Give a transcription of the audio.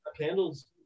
candles